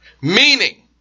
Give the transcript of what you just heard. Meaning